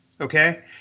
okay